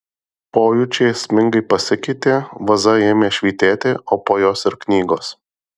pojūčiai esmingai pasikeitė vaza ėmė švytėti o po jos ir knygos